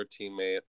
teammate